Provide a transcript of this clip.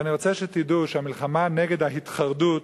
ואני רוצה שתדעו שהמלחמה נגד ה"התחרדות"